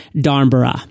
Darnborough